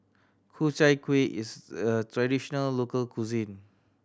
Ku Chai Kuih is a traditional local cuisine